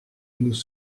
nous